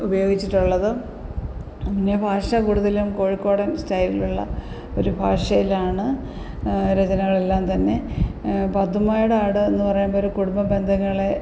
ഉപയോഗിച്ചിട്ടുള്ളത് പിന്നെ ഭാഷ കൂടുതലും കോഴിക്കോടന് സ്റ്റൈലിലുള്ള ഒരു ഭാഷയിലാണ് രചനകൾ എല്ലാം തന്നെ പാത്തുമ്മയുടെ ആട് എന്നു പറയുമ്പോൾ ഒരു കുടുംബ ബന്ധങ്ങളെ